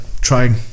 trying